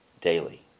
daily